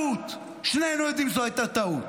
טעות, שנינו יודעים שזו הייתה טעות.